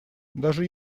даже